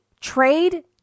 trade